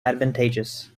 advantageous